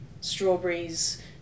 strawberries